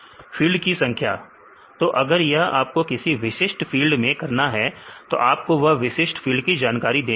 field की संख्या तो अगर यह आपको किसी विशिष्ट फील्ड में करना है तो आपको व विशिष्ट फील्ड की जानकारी देनी होगी